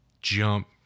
jump